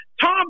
Tom